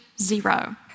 zero